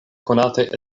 konataj